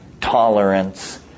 tolerance